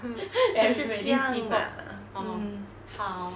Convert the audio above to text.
嗯就是这样啊 mm